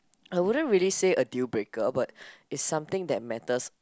I wouldn't really say a dealbreaker but it's something that matters